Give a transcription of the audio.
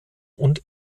und